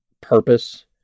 purpose